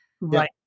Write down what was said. right